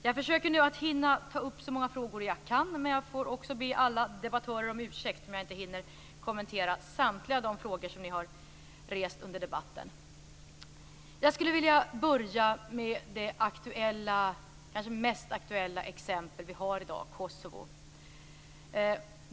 Jag försöker nu att hinna ta upp så många frågor jag kan, men jag får också be alla debattörer om ursäkt om jag inte hinner kommentera samtliga de frågor som har rests under debatten. Jag skulle vilja börja med det kanske mest aktuella exempel vi har i dag, nämligen Kosovo.